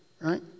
Right